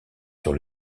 sur